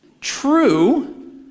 True